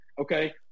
okay